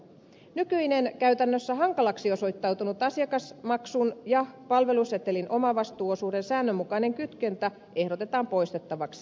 nykyinen käytännössä hankalaksi osoittautunut asiakasmaksun ja palvelusetelin omavastuuosuuden säännönmukainen kytkentä ehdotetaan poistettavaksi